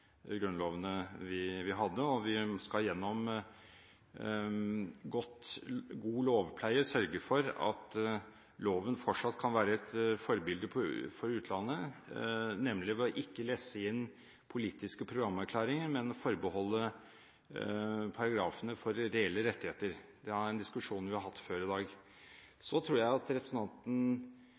grunnlovene. Vi skal gjennom god lovpleie sørge for at loven fortsatt kan være et forbilde for utlandet, nemlig ved ikke å lesse inn politiske programerklæringer, men la paragrafene være forbeholdt reelle rettigheter. Det er en diskusjon vi har hatt før i dag. Jeg tror representanten Karin Andersen og jeg er enige om at